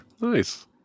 Nice